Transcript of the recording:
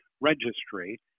registry